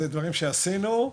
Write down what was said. דברים שעשינו.